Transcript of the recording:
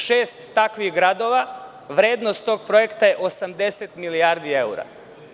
Šest takvih gradova, vrednost tog projekta je 80 milijradi evra.